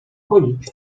chodzić